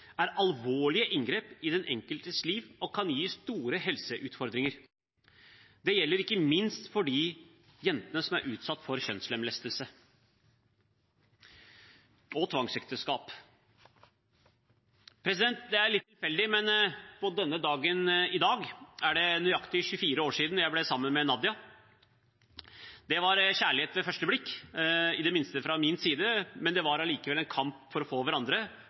er alvorlige inngrep i den enkeltes liv og kan gi store helseutfordringer. Det gjelder ikke minst for de jentene som er utsatt for kjønnslemlestelse og tvangsekteskap. Det er litt tilfeldig, men på denne dagen i dag er det nøyaktig 24 år siden jeg ble sammen med Nadia. Det var kjærlighet ved første blikk, i det minste fra min side. Det var likevel en kamp for å få hverandre